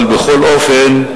אבל בכל אופן,